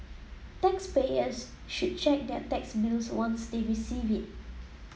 taxpayers should check their tax bills once they receive it